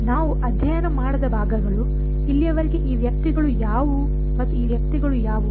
ನಾವು ಅಧ್ಯಯನ ಮಾಡದ ಭಾಗಗಳು ಇಲ್ಲಿಯವರೆಗೆ ಈ ವ್ಯಕ್ತಿಗಳು ಯಾವುವು ಮತ್ತು ಈ ವ್ಯಕ್ತಿಗಳು ಯಾವುವು